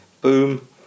boom